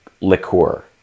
liqueur